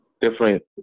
different